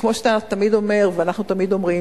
וכמו שאתה תמיד אומר ואנחנו תמיד אומרים